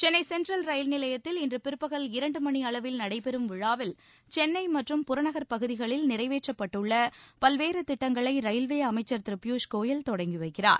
Chennai central rail நிலையத்தில் இன்று பிற்பகல் இரண்டு மணியளவில் நடைபெறும் விழாவில் சென்னை மற்றும் புறநகர் பகுதிகளில் நிறைவேற்றப்பட்டுள்ள பல்வேறு திட்டங்களை ரயில்வே அமைச்சர் திரு பியூஷ் கோயல் தொடங்கி வைக்கிறார்